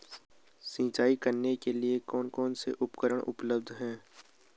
सिंचाई करने के लिए कौन कौन से उपकरण उपलब्ध हैं?